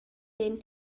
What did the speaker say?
den